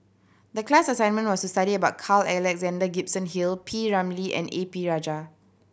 the class assignment was to study about Carl Alexander Gibson Hill P Ramlee and A P Rajah